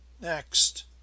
Next